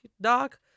doc